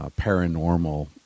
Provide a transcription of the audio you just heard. paranormal